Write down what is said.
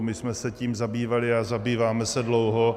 My jsme se tím zabývali a zabýváme se dlouho.